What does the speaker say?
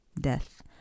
death